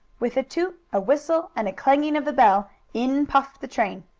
with a toot, a whistle and a clanging of the bell, in puffed the train.